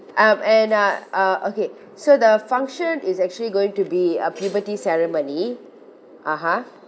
um and uh uh okay so the function is actually going to be a puberty ceremony (uh huh)